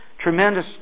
Tremendous